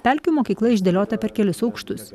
pelkių mokykla išdėliota per kelis aukštus